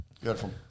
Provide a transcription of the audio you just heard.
Beautiful